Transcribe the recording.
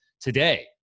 today